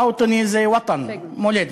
מווטני זה ווטן, מולדת.